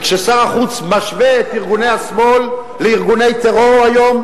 וכששר החוץ משווה את ארגוני השמאל לארגוני טרור היום,